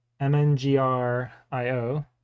MNGR.io